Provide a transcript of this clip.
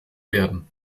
werden